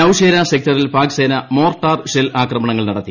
നൌഷ്ട്രേ സെക്ടറിൽ പാക്സേന മോർട്ടാർഷെൽ ആക്രമണ്ങ്ങൾ നടത്തി